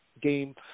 Game